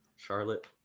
Charlotte